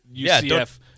UCF